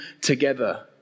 together